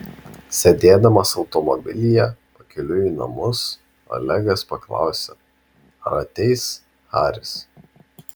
sėdėdamas automobilyje pakeliui į namus olegas paklausė ar ateis haris